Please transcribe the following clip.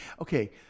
okay